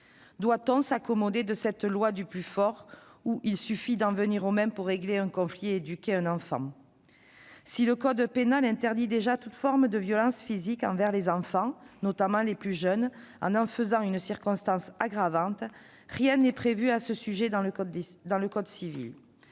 Doit-on s'accommoder de cette loi du plus fort, où il suffit d'en venir aux mains pour régler un conflit et éduquer un enfant ? Si le code pénal interdit déjà toute forme de violence physique envers les enfants, notamment les plus jeunes, en en faisant une circonstance aggravante, rien n'est prévu à ce sujet dans le code civil.